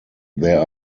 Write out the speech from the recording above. there